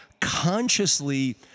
consciously